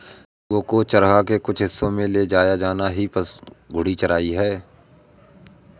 क्या पशुओं को चारागाह के कुछ हिस्सों में ले जाया जाना ही घूर्णी चराई है?